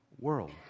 world